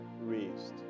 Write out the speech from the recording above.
raised